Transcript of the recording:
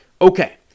Okay